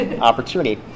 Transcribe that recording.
opportunity